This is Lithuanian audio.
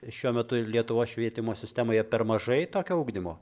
šiuo metu lietuvos švietimo sistemoje per mažai tokio ugdymo